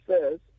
says